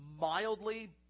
mildly